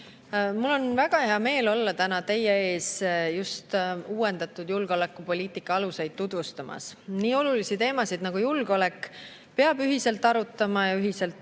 Mul on väga hea meel olla täna teie ees just uuendatud julgeolekupoliitika aluseid tutvustamas. Nii olulisi teemasid nagu julgeolek peab ühiselt arutama ja ühiselt